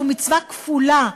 זו מצווה כפולה.